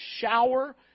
shower